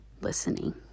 listening